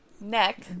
neck